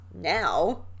now